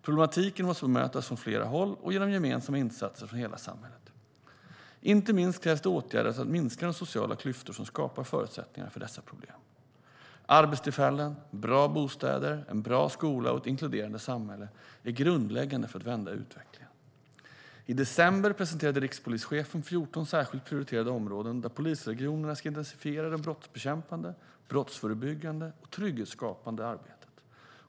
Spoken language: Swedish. Problematiken måste bemötas från flera håll och genom gemensamma insatser från hela samhället. Inte minst krävs det åtgärder för att minska de sociala klyftor som skapar förutsättningar för dessa problem. Arbetstillfällen, bra bostäder, en bra skola och ett inkluderande samhälle är grundläggande för att vända utvecklingen. I december presenterade rikspolischefen 14 särskilt prioriterade områden där polisregionerna ska intensifiera det brottsbekämpande, brottsförebyggande och trygghetsskapande arbetet.